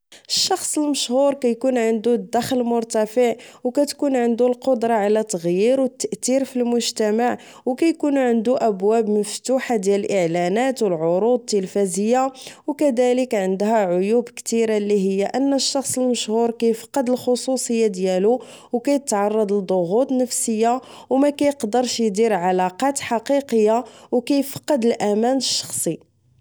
الشخص المشهور كيكون عندو الدخل مرتفع أو كتكون عندو القدرة على التغير أو التأتير على المجتمع أو كيكون عندو أبواب مفتوحة ديال الإعلانات أو العروض التلفازية أو كذلك عندها عيوب كتيرة لي هي أن الشخص المشهور كيفقد الخصوصية ديالو أو كيتعرض لظغوظ نفسية أو مكيقدرش إيدير علاقات حقيقة أو كيفقد الأمان الشخصي